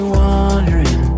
wondering